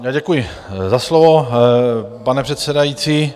Děkuji za slovo, pane předsedající.